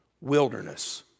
wilderness